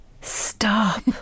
Stop